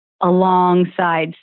alongside